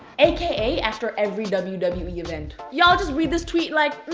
aka, after every wwe wwe event. y'all just read this tweet like,